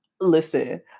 Listen